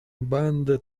band